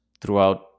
throughout